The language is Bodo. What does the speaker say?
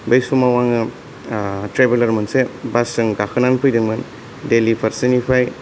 बै समाव आङो ट्रेबेल्लार मोनसे बासजों गाखोनानै फैदोंमोन देल्लि फारसेनिफ्राय